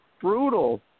Brutal